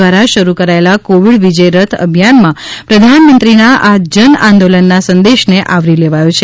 દ્વારા શરૂ કરાયેલા કોવિડ વિજય રથ અભિયાનમાં પ્રધાન મંત્રીના આ જન આંદોલનના સંદેશને આવરી લેવાયો છે